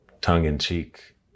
tongue-in-cheek